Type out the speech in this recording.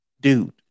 Dude